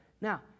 Now